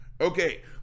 Okay